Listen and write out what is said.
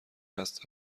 قصد